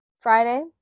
Friday